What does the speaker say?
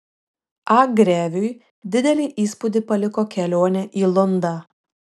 a greviui didelį įspūdį paliko kelionė į lundą